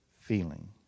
feeling